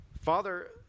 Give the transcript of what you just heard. Father